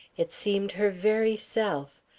it seemed her very self,